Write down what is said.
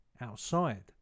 outside